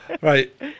right